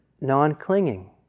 non-clinging